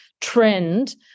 trend